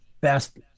best